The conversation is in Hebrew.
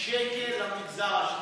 שקל למגזר השלישי.